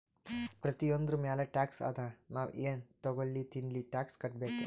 ಪ್ರತಿಯೊಂದ್ರ ಮ್ಯಾಲ ಟ್ಯಾಕ್ಸ್ ಅದಾ, ನಾವ್ ಎನ್ ತಗೊಲ್ಲಿ ತಿನ್ಲಿ ಟ್ಯಾಕ್ಸ್ ಕಟ್ಬೇಕೆ